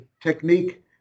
technique